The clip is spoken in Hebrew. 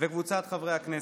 וקבוצת חברי הכנסת.